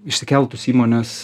išsikeltus įmonės